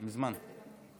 מזמן.